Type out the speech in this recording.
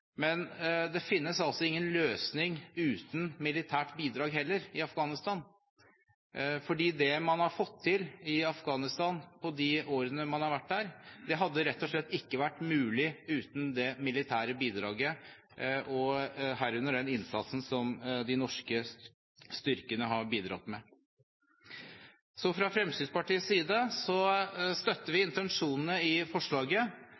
Men det finnes heller ingen løsning uten militært bidrag i Afghanistan, for det man har fått til i Afghanistan i de årene man har vært der, hadde rett og slett ikke vært mulig uten det militære bidraget, herunder den innsatsen som de norske styrkene har bidratt med. Fra Fremskrittspartiets side støtter vi intensjonene i forslaget.